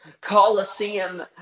Coliseum